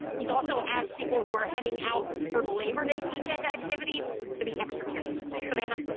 he is also asking people who are heading out for labor day weekend activities to be extra careful. savannah?